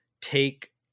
take